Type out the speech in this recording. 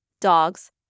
dogs